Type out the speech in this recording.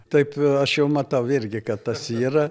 taip aš jau matau irgi kad tas yra